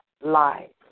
life